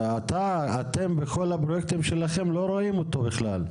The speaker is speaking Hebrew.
אתם בכל הפרויקטים שלכם לא רואים אותו בכלל.